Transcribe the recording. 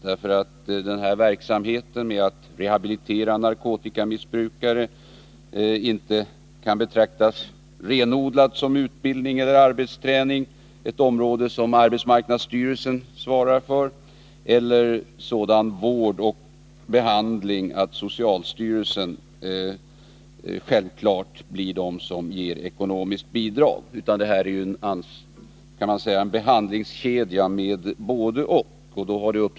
Denna verksamhet för att rehabilitera narkotikamissbrukare kan inte betraktas som renodlad utbildning eller arbetsträning — ett område som arbetsmarknadsstyrelsen svarar för — eller som sådan vård och behandling att det är självklart att socialstyrelsen kan lämna ekonomiskt bidrag. Det är, kan man säga, en behandlingskedja med inslag av både det ena och det andra.